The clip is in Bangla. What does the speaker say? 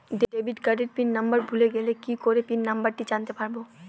ডেবিট কার্ডের পিন নম্বর ভুলে গেলে কি করে পিন নম্বরটি জানতে পারবো?